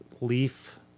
leaf